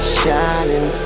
shining